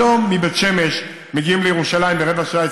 היום מבית שמש מגיעים לירושלים ברבע שעה,